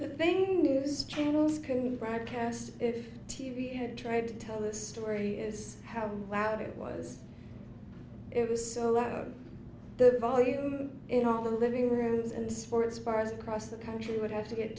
the things channels couldn't broadcast t v had tried to tell a story is how loud it was it was so loud the volume in all the living rooms and sports bars across the country would have to get